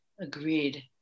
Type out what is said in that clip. Agreed